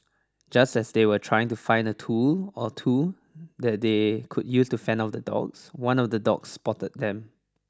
just as they were trying to find a tool or two that they could use to fend off the dogs one of the dogs spotted them